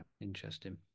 interesting